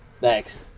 thanks